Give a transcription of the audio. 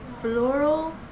floral